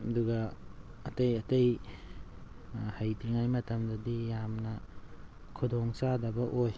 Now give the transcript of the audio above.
ꯑꯗꯨꯒ ꯑꯇꯩ ꯑꯇꯩ ꯍꯩꯇ꯭ꯔꯤꯉꯥꯏ ꯃꯇꯝꯗꯗꯤ ꯌꯥꯝꯅ ꯈꯨꯗꯣꯡ ꯆꯥꯗꯕ ꯑꯣꯏ